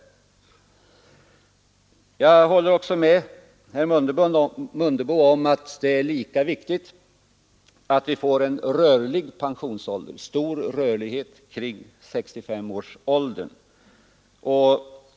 Jag håller också med herr Mundebo om att det är lika viktigt att vi får en rörlig pensionsålder med stor rörlighet kring 65-årsåldern.